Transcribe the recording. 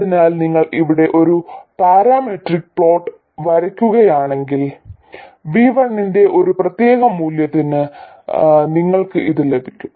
അതിനാൽ നിങ്ങൾ ഇവിടെ ഒരു പാരാമെട്രിക് പ്ലോട്ട് വരയ്ക്കുകയാണെങ്കിൽ V1 ന്റെ ഒരു പ്രത്യേക മൂല്യത്തിന് നിങ്ങൾക്ക് ഇത് ലഭിക്കും